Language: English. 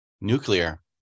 Nuclear